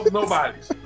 Nobody's